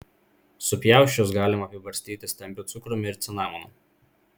supjausčius galima apibarstyti stambiu cukrumi ir cinamonu